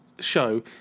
show